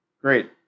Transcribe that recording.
Great